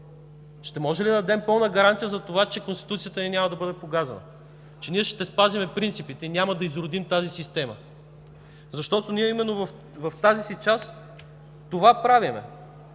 Ще може ли да дадем пълна гаранция за това, че Конституцията ни няма да бъде погазена, че ние ще спазим принципите и няма да изродим тази система, защото ние именно в тази си част това правим.